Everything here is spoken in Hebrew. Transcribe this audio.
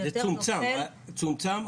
זה יותר נופל --- זה צומצם,